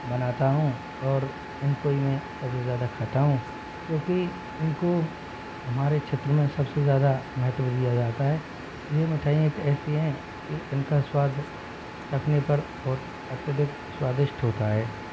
बनाता हूँ और इनको ही मैं सबसे ज़्यादा खाता हूँ क्योंकि इनको हमारे क्षेत्र में सबसे ज़्यादा महत्व दिया जाता है ये मिठाइयाँ एक ऐसी हैं कि इनका स्वाद चखने पर बहुत अत्यधिक स्वादिष्ट होता है